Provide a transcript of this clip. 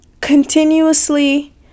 continuously